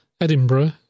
Edinburgh